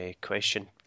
question